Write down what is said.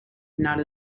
not